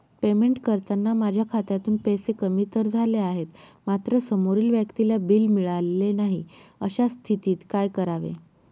Payment करताना माझ्या खात्यातून पैसे कमी तर झाले आहेत मात्र समोरील व्यक्तीला बिल मिळालेले नाही, अशा स्थितीत काय करावे?